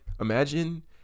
imagine